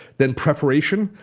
then preparation,